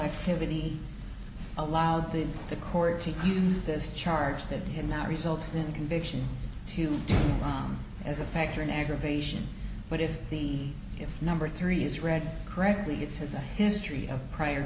activity allowed the the court to use this charge that had not result in a conviction to do wrong as a factor in aggravation but if the if number three is read correctly it says a history of prior